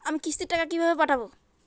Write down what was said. আমি কিস্তির টাকা কিভাবে পাঠাব?